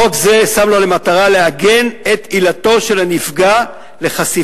חוק זה שם לו למטרה לעגן את עילתו של הנפגע לחשיפת